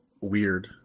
weird